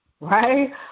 Right